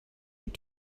your